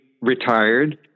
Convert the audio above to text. retired